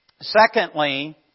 Secondly